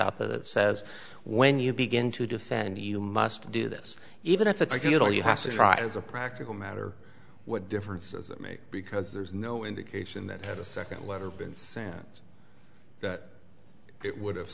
out there that says when you begin to defend you must do this even if it's if you don't you have to try as a practical matter what difference does it make because there's no indication that had a second letter been sent that it would have